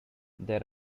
there